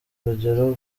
urugero